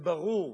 וברור